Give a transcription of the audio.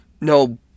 No